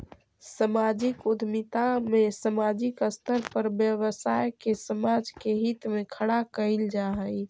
सामाजिक उद्यमिता में सामाजिक स्तर पर व्यवसाय के समाज के हित में खड़ा कईल जा हई